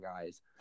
guys